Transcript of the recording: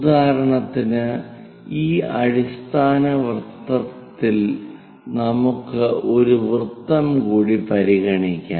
ഉദാഹരണത്തിന് ഈ അടിസ്ഥാന വൃത്തത്തിൽ നമുക്ക് ഒരു വൃത്തം കൂടി പരിഗണിക്കാം